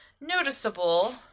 noticeable